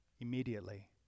immediately